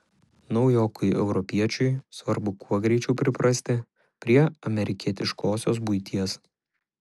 naujokui europiečiui svarbu kuo greičiau priprasti prie amerikietiškosios buities